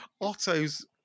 otto's